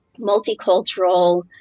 multicultural